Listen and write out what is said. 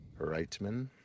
Reitman